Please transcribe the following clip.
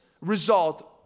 result